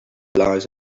allies